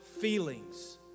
feelings